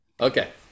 Okay